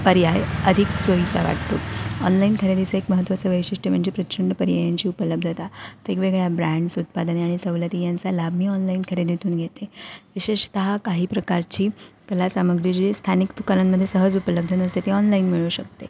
पर्याय अधिक सोयीचा वाटतो ऑनलाईन खरेदीचा एक महत्त्वाचं वैशिष्ट्य म्हणजे प्रचंड पर्यायाची उपलब्धता वेगवेगळ्या ब्रँड्स उत्पादने आणि सवलती यांचा लाभ मी ऑनलाईन खरेदीतून घेते विशेषतः काही प्रकारची कला सामग्री जी स्थानिक दुकानांमध्ये सहज उपलब्ध नसते ती ऑनलाईन मिळू शकते